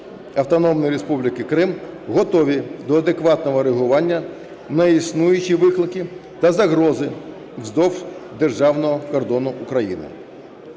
Автономної Республіки Крим, готові до адекватного реагування на існуючі виклики та загрози вздовж державного кордону України.